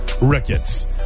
Ricketts